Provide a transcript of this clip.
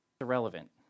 irrelevant